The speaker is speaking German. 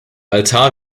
altar